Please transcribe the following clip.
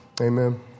Amen